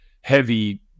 heavy